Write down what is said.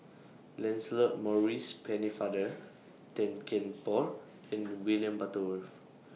Lancelot Maurice Pennefather Tan Kian Por and William Butterworth